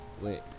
Wait